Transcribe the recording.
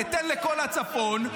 ניתן לכל הצפון,